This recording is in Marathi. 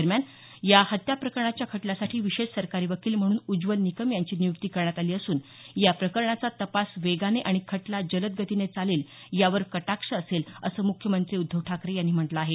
दरम्यान या हत्या प्रकरणाच्या खटल्यासाठी विशेष सरकारी वकील म्हणून उज्ज्वल निकम यांची नियुक्ती करण्यात आली असून या प्रकरणाचा तपास वेगाने आणि खटला जलद गतीने चालेल यावर कटाक्ष असेल असं मुख्यमंत्री ठाकरे यांनी म्हटलं आहे